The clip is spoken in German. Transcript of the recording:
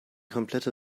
komplette